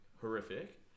horrific